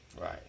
right